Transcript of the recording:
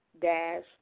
dash